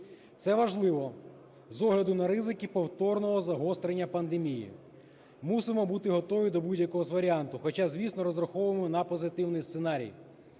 Це важливо з огляду на ризики повторного загострення пандемії. Мусимо бути готові до будь-якого з варіантів, хоча, звісно, розраховуємо на позитивний сценарій.